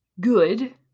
good